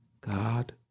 God